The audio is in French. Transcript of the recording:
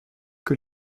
que